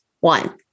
one